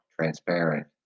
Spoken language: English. transparent